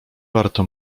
warto